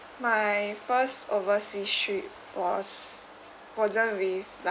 my first overseas trip was wasn't with